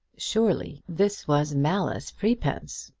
surely this was malice prepense!